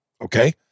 Okay